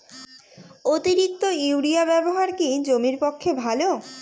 অতিরিক্ত ইউরিয়া ব্যবহার কি জমির পক্ষে ভালো?